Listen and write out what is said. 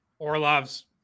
Orlov's